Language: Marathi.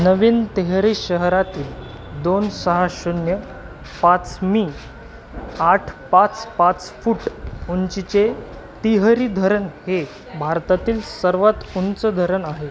नवीन तेहरी शहरातील दोन सहा शून्य पाच मी आठ पाच पाच फुट उंचीचे तेहरी धरण हे भारतातील सर्वांत उंच धरण आहे